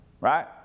right